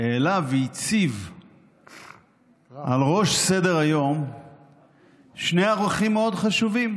העלה והציב על ראש סדר-היום שני ערכים מאוד חשובים,